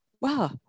Wow